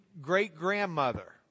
great-grandmother